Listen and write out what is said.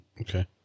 Okay